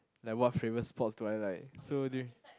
like what favourite sports do I like so do you